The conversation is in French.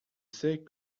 sait